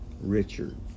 Richard